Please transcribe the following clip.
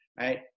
right